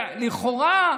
לכאורה,